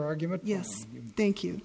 argument yes thank you